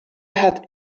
had